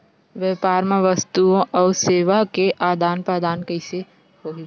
व्यापार मा वस्तुओ अउ सेवा के आदान प्रदान कइसे होही?